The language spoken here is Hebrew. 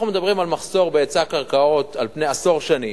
אנחנו מדברים על מחסור בהיצע קרקעות על פני עשור שנים,